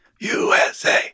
USA